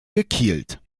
gekielt